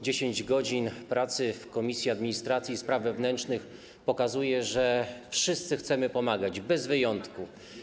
10 godzin pracy w Komisji Administracji i Spraw Wewnętrznych pokazuje, że wszyscy chcemy pomagać, bez wyjątku.